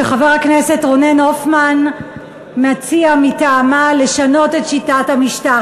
שחבר הכנסת רונן הופמן מציע מטעמה לשנות את שיטת המשטר.